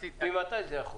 ממתי זה יחול?